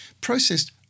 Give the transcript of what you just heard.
processed